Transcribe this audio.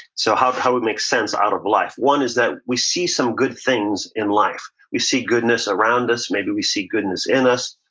so how the hell we make sense out of life. one is that we see some good things in life. we see goodness around us. maybe we see goodness in us,